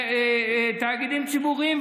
תאגידים ציבוריים.